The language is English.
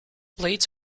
plates